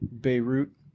Beirut